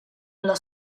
alla